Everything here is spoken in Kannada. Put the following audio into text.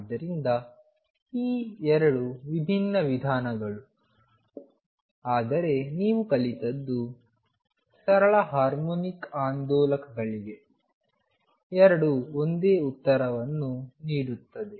ಆದ್ದರಿಂದ ಈ 2 ವಿಭಿನ್ನ ವಿಧಾನಗಳು ಆದರೆ ನೀವು ಕಲಿತದ್ದು ಸರಳ ಹಾರ್ಮೋನಿಕ್ ಆಂದೋಲಕಗಳಿಗೆ ಎರಡೂ ಒಂದೇ ಉತ್ತರಗಳನ್ನು ನೀಡುತ್ತವೆ